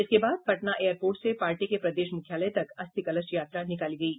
इसके बाद पटना एयरपोर्ट से पार्टी के प्रदेश मुख्यालय तक अस्थि कलश यात्रा निकाली गयी